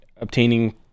Obtaining